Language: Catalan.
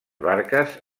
barques